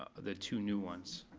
the two new ones.